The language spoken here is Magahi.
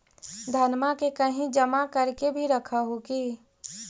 धनमा के कहिं जमा कर के भी रख हू की?